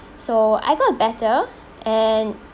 so I got better and